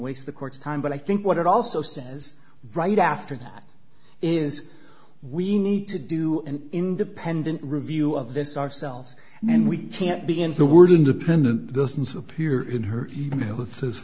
waste the court's time but i think what it also says right after that is why we need to do an independent review of this ourselves and we can't begin the word independent dozens appear in her e mail that says